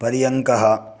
पर्यङ्कः